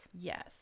yes